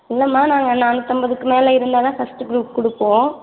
இல்லைம்மா நாங்கள் நானூற்றம்பதுக்கு மேலே இருந்தால் தான் ஃபர்ஸ்ட்டு குரூப் கொடுப்போம்